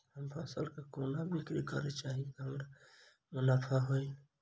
हम फसल केँ कोना बिक्री करू जाहि सँ हमरा मुनाफा होइ?